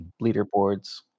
leaderboards